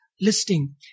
listing